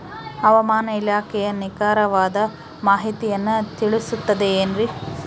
ಹವಮಾನ ಇಲಾಖೆಯ ನಿಖರವಾದ ಮಾಹಿತಿಯನ್ನ ತಿಳಿಸುತ್ತದೆ ಎನ್ರಿ?